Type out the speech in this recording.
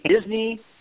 Disney